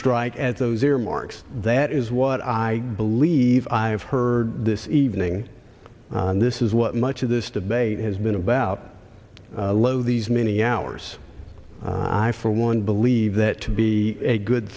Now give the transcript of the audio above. strike at those earmarks that is what i believe i've heard this evening this is what much of this debate has been about lo these many hours i for one believe that to be a good